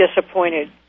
disappointed